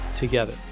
together